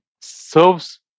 serves